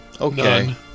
Okay